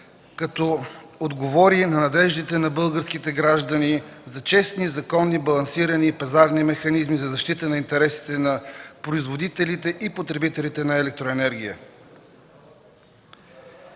като отговорим на надеждите на българските граждани за честни, законни, балансирани пазарни механизми за защита на интересите на производителите и потребителите на електроенергия.